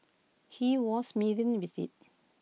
he was smitten with IT